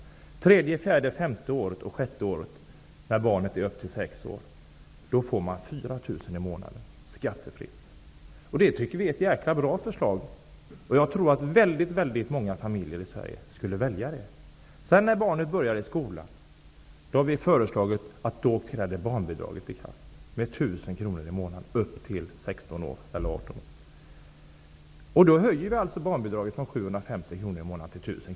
Under tredje, fjärde, femte och sjätte året, när barnet är upp till 6 år, skall man få 4 000 kr i månaden skattefritt. Det tycker vi är ett jäkla bra förslag. Jag tror att väldigt många familjer i Sverige skulle välja det. Vi har föreslagit att barnbidraget skall träda i kraft när barnet börjar skolan. Det skall vara 1 000 kr i månaden till dess att barnet är 16 eller 18 år. Vi höjer alltså barnbidraget från 750 till 1 000 kr i månaden.